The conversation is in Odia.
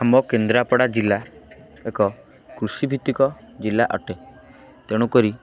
ଆମ କେନ୍ଦ୍ରାପଡ଼ା ଜିଲ୍ଲା ଏକ କୃଷିଭିତ୍ତିକ ଜିଲ୍ଲା ଅଟେ ତେଣୁକରି